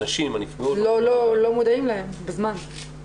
הנפגעות --- לא מודעים להם בזמן.